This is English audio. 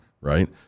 right